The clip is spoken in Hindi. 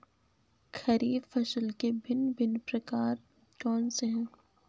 खरीब फसल के भिन भिन प्रकार कौन से हैं?